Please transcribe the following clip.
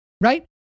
right